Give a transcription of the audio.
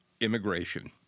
immigration